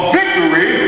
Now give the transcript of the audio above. victory